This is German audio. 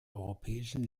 europäischen